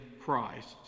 Christ